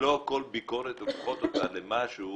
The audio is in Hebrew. ולא כל ביקורת, הן לוקחות אותה למשהו